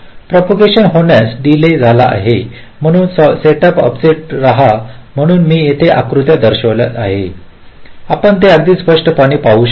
propagation होण्यास delay झाला आहे म्हणून सेटअप अपसेट रहा म्हणून मी येथे आकृत्या दर्शवित आहे आपण हे अगदी स्पष्टपणे पाहू शकता